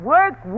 Work